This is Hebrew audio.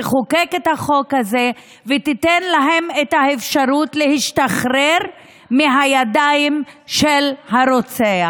תחוקק את החוק הזה ותיתן להם את האפשרות להשתחרר מהידיים של הרוצח.